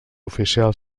oficial